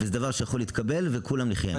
זה דבר שיכול להתקבל וכולנו נחייה עם זה?